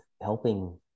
helping